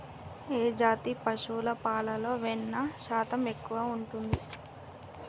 ఏ జాతి పశువుల పాలలో వెన్నె శాతం ఎక్కువ ఉంటది?